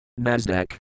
nasdaq